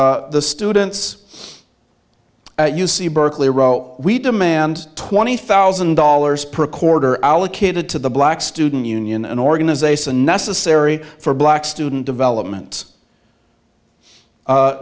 there the students at u c berkeley row we demand twenty thousand dollars per quarter allocated to the black student union an organization necessary for black student development